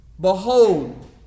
Behold